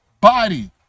body